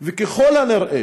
וככל הנראה,